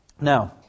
Now